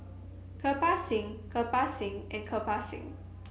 Kirpal Singh Kirpal Singh and Kirpal Singh